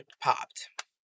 popped